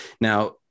Now